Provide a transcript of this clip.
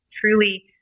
truly